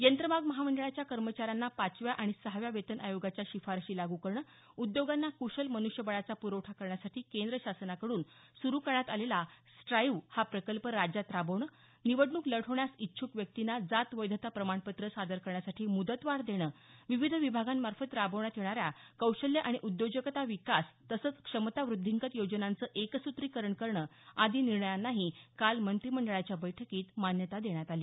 यंत्रमाग महामंडळाच्या कर्मचाऱ्यांना पाचव्या आणि सहाव्या वेतन आयोगाच्या शिफारशी लागू करणं उद्योगांना कुशल मन्ष्यबळाचा प्रवठा करण्यासाठी केंद्र शासनाकडून सुरू करण्यात आलेला स्ट्राईव्ह हा प्रकल्प राज्यात राबवणं निवडणूक लढवण्यास इच्छूक व्यक्तींना जात वैधता प्रमाणपत्र सादर करण्यासाठी मुदतवाढ देणं विविध विभागांमार्फत राबवण्यात येणाऱ्या कौशल्य आणि उद्योजकता विकास तसंच क्षमता वृद्धिंगत योजनांचं एकस्त्रीकरण करणं आदी निर्णयांनाही काल मंत्रिमंडळाच्या बैठकीत मान्यता देण्यात आली